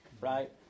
Right